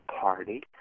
party